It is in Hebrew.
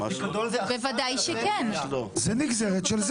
חברים יקרים,